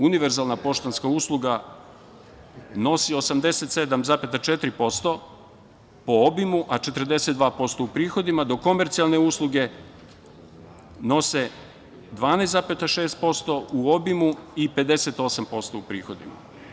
Univerzalna poštanska usluga nosi 87,4% po obimu, a 42% u prihodima, dok komercijalne usluge nose 12,6% u obimu i 58% u prihodima.